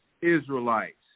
Israelites